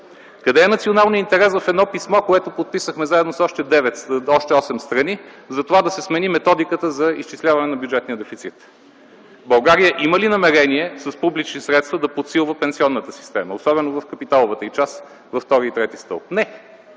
Къде е националният интерес в едно писмо, което подписахме заедно с още осем страни за това да се смени методиката за изчисляването на бюджетния дефицит? България има ли намерение с публични средства да подсилва пенсионната система, особено в капиталовата й част във втори и трети стълб? Не!